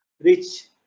reach